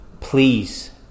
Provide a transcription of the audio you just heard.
please